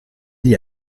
gli